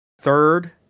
third